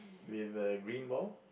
with a green ball